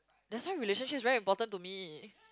that's why relationship is very important to me